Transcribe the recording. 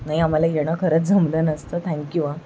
नाही आमाला येणं खरंच जमलं नसतं थॅंक्यू हां